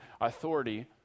authority